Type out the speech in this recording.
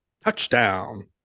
Touchdown